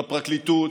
בפרקליטות,